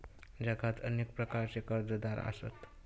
जगात अनेक प्रकारचे कर्जदार आसत